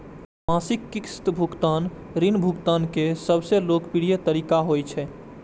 मासिक किस्त के भुगतान ऋण भुगतान के सबसं लोकप्रिय तरीका होइ छै